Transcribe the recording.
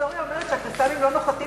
ההיסטוריה אומרת שה"קסאמים" לא נוחתים